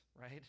right